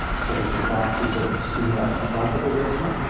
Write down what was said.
so there's devices that stimulate the front of a retina,